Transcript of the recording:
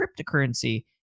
cryptocurrency